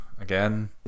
Again